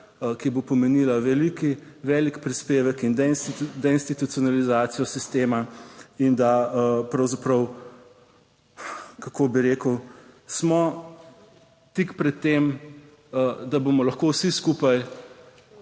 ki bo pomenila velik prispevek in deinstitucionalizacijo sistema in da pravzaprav, kako bi rekel, smo tik pred tem, da bomo lahko vsi skupaj,